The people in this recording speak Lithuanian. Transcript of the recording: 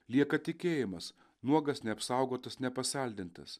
lieka tikėjimas nuogas neapsaugotas nepasaldintas